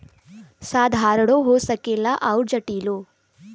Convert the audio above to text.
साधारणो हो सकेला अउर जटिलो